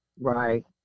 Right